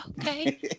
okay